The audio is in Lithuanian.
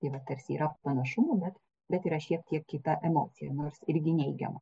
tai yra tarsi yra panašumų bet bet yra šiek tiek kita emocija nors irgi neigiama